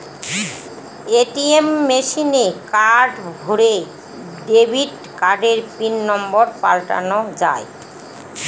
ATM মেশিনে card ভোরে debit কার্ডের পিন নম্বর পাল্টানো যায়